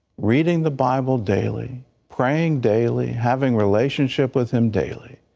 reading the bible daily praying daily having relationship with him daily.